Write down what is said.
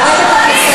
חברת הכנסת מיכל רוזין,